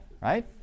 right